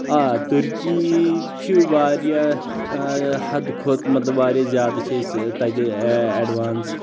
آ ترکی چھِ واریاہ حدٕ کھۄتہٕ مطلب واریاہ زیادٕ چھِ أسۍ تتہِ ایڈوانس